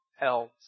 else